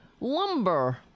lumber